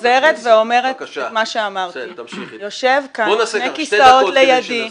-- אני חוזרת ואומרת את מה שאמרתי: יושב כאן שני כיסאות לידי